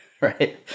right